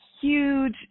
huge